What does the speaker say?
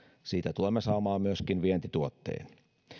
siitä tulemme saamaan myöskin vientituotteen